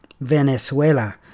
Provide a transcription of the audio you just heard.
Venezuela